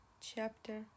chapter